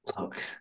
look